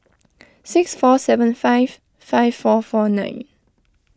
six four seven five five four four nine